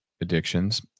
addictions